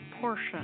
portion